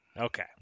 Okay